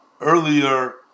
earlier